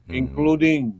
including